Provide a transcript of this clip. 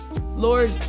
Lord